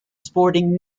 sporting